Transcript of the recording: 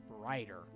brighter